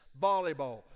volleyball